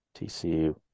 TCU